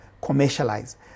commercialize